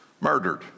murdered